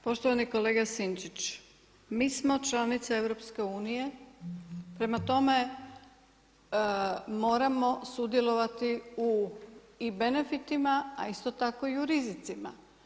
Poštovani kolega Sinčić, mi smo članice EU prema tome moramo sudjelovati u i benefitima, a isto tako i u rizicima.